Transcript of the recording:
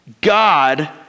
God